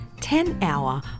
ten-hour